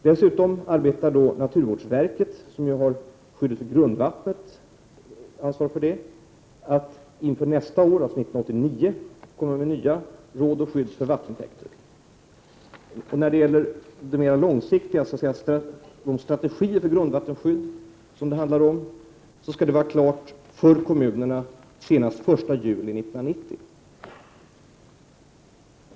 Dessutom arbetar naturvårdsverket, som ju har ansvaret för skyddet av grundvattnet, med att inför nästa år, alltså 1989, ge ut nya råd till skydd för vattentäkter. När det gäller den mer långsiktiga strategin för grundvattenskyddet skall den vara klar för kommunerna senast den 1 juli 1990.